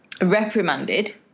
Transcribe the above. Reprimanded